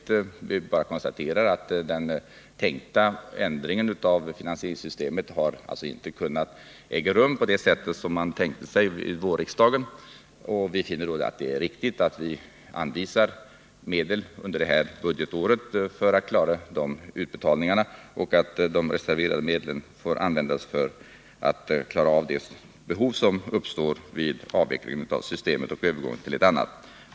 Jag vill bara konstatera att ändringen av finansieringssystemet inte har kunnat genomföras på det sätt man tänkte sig vid vårriksdagen. Vi finner det riktigt att anvisa medel under det här budgetåret för att klara de utbetalningarna och att de reserverade medlen får användas för de behov som uppstår vid avvecklingen av det nuvarande systemet och övergången till ett annat.